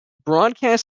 broadcast